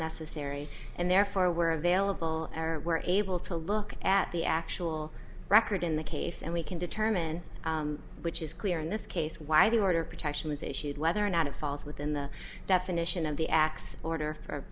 necessary and therefore we're available or we're able to look at the actual record in the case and we can determine which is clear in this case why the order of protection is issued whether or not it falls within the definition of the acts order or